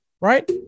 right